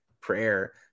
prayer